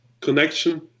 connection